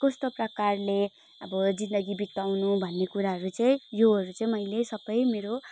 कस्तो प्रकारले अब जिन्दगी बिताउनु भन्ने कुराहरू चाहिँ योहरू चाहिँ सबै मेरो